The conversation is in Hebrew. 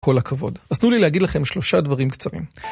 כל הכבוד. אז תנו לי להגיד לכם שלושה דברים קצרים.